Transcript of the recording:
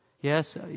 Yes